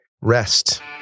rest